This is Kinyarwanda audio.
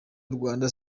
rwanda